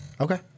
Okay